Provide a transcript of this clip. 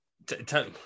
Tell